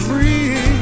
Free